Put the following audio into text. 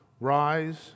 Rise